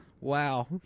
Wow